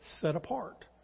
set-apart